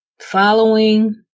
following